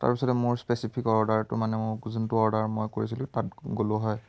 তাৰপিছতে মোৰ স্পেচিফিক অৰ্ডাৰটো মানে যোনটো অৰ্ডাৰ মই কৰিছিলোঁ তাত গ'লোঁ হয়